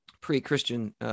pre-Christian